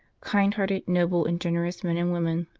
kind-hearted, noble, and generous men and women,